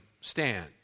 stand